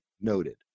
Noted